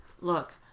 look